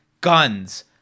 guns